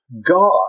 God